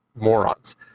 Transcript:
morons